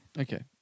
okay